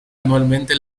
anualmente